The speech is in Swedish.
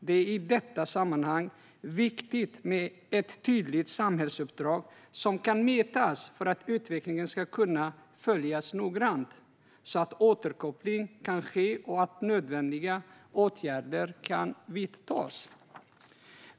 Det är i detta sammanhang viktigt med ett tydligt samhällsuppdrag som kan mätas för att utvecklingen ska kunna följas noggrant, så att återkoppling kan ske och så att nödvändiga åtgärder kan vidtas.